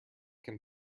can